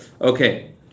Okay